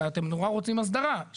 תודה רבה חבר הכנסת